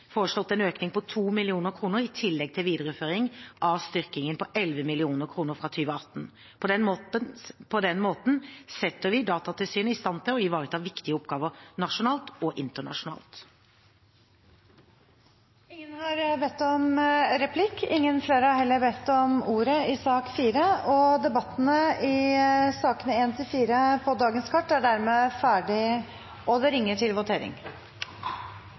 foreslått en økning på 2 mill. kr, i tillegg til videreføring av styrkingen på 11 mill. kr fra 2018. På den måten setter vi Datatilsynet i stand til å ivareta viktige oppgaver nasjonalt og internasjonalt. Flere har ikke bedt om ordet til sak nr. 4. Da er Stortinget klar til å gå til votering over sakene på dagens kart. Under debatten har Siri Gåsemyr Staalesen satt fram et forslag på vegne av Arbeiderpartiet og